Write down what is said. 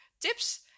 tips